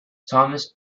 thomas